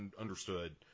understood